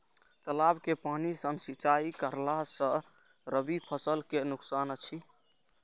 तालाब के पानी सँ सिंचाई करला स रबि फसल के नुकसान अछि?